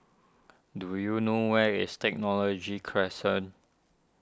do you know where is Technology Crescent